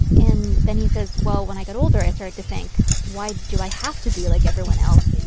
and then he says, well, when i got older, i started to think, why do i have to be like everyone else?